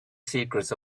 secrets